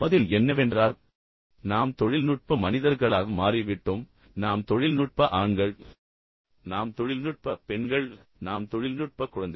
பதில் என்னவென்றால் நாம் தொழில்நுட்ப மனிதர்களாக மாறிவிட்டோம் நாம் தொழில்நுட்ப ஆண்கள் நாம் தொழில்நுட்ப பெண்கள் நாம் தொழில்நுட்ப குழந்தைகள்